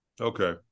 Okay